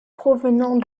provenant